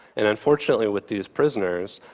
and unfortunately with these prisoners,